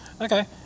Okay